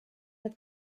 mit